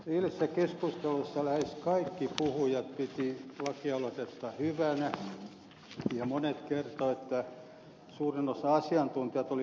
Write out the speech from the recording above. eilisessä keskustelussa lähes kaikki puhujat pitivät lakialoitetta hyvänä ja monet kertoivat että suurin osa asiantuntijoista oli kannattanut sitä